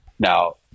Now